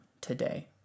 today